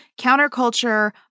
counterculture